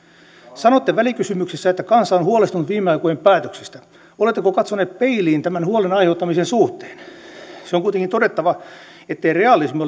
sanotte välikysymyksessä että kansa on huolestunut viime aikojen päätöksistä oletteko katsoneet peiliin tämän huolen aiheuttamisen suhteen se on kuitenkin todettava ettei realismi